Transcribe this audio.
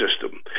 system